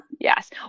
Yes